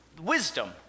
wisdom